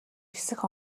нисэх